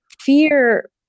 fear